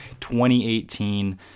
2018